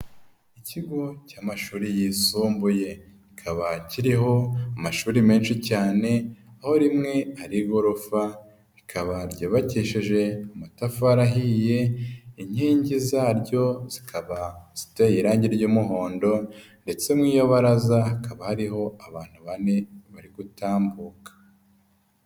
Ikigo cy'amashuri yisumbuye kikaba kiriho amashuri menshi cyane, aho rimwe ari igorofa rikaba ryubakishije amatafari ahiye, inkingi zaryo zikaba irangi ry'umuhondo ndetse mu iyo baraza hakaba hariho abantu bane bari gutambuka.